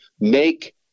make